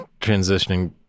transitioning